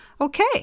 okay